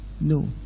No